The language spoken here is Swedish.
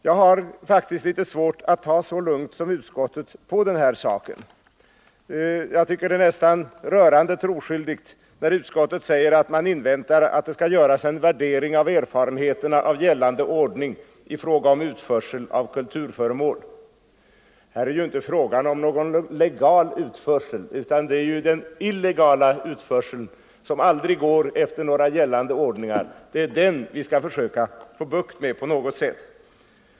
Jag har faktiskt litet svårt att ta så lugnt som utskottet på den saken. Jag tycker att det är nästan rörande troskyldigt när utskottet säger att man har inhämtat att det skall göras en värdering av erfarenheterna av gällande ordning i fråga om utförsel av kulturföremål. Här är det ju inte fråga om någon legal utförsel utan det är den illegala utförseln, vilken aldrig går efter gällande ordningar, som vi skall försöka få bukt med.